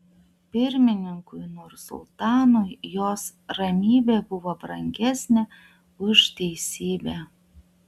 pirmininkui nursultanui jos ramybė buvo brangesnė už teisybę